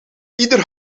ieder